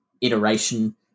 iteration